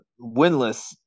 winless